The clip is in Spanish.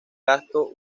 gasto